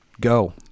Go